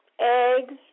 eggs